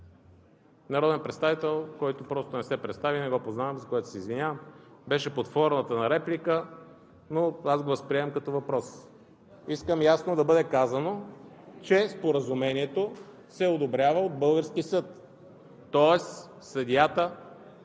народен представител, който не се представи – не го познавам, за което се извинявам. Беше под формата на реплика, но аз го възприемам като въпрос. Искам ясно да бъде казано, че споразумението се одобрява от български съд! Тоест съдията